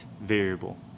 variable